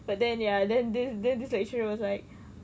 but then ya then there's there's this lecturer was like